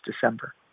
December